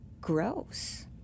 gross